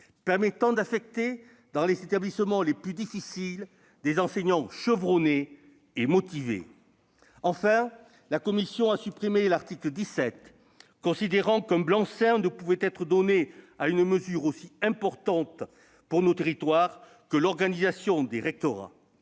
permettant d'affecter dans les établissements les plus difficiles des enseignants chevronnés et motivés. Enfin, la commission a supprimé l'article 17, considérant qu'un blanc-seing ne pouvait être donné à une mesure aussi importante pour nos territoires que l'organisation des rectorats.